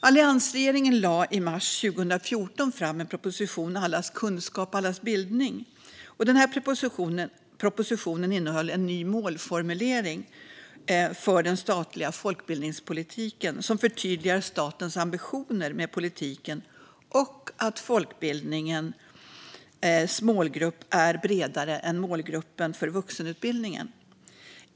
Alliansregeringen lade i mars 2014 fram propositionen Allas kunskap - allas bildning . Propositionen innehöll en ny målformulering för den statliga folkbildningspolitiken som förtydligar statens ambitioner med politiken och att folkbildningens målgrupp är bredare än målgruppen för vuxenutbildningen.